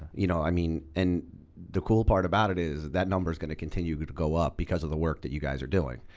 you know i mean and the cool part about it is that number is gonna continue to go up because of the work that you guys are doing.